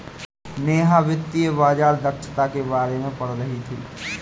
नेहा वित्तीय बाजार दक्षता के बारे में पढ़ रही थी